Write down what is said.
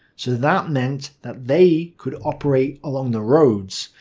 so that meant that they could operate along the roads.